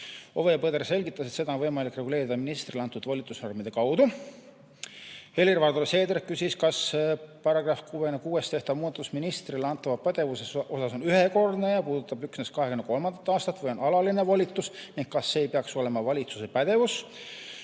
Ove Põder selgitas, et seda on võimalik reguleerida ministrile antud volitusnormide kaudu. Helir-Valdor Seeder küsis, kas §-s 66 tehtav muudatus ministrile antava pädevuses osas on ühekordne ja puudutab üksnes 2023. aastat või on see alaline volitus ning kas see ei peaks olema valitsuse pädevus.